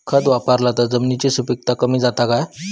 खत वापरला तर जमिनीची सुपीकता कमी जाता काय?